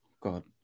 God